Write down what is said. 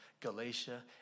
Galatia